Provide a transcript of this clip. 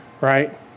right